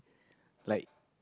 like